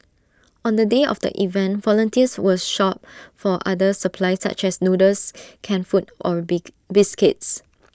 on the day of the event volunteers will shop for other supplies such as noodles canned food or big biscuits